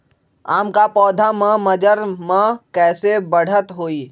आम क पौधा म मजर म कैसे बढ़त होई?